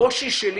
הקושי שלי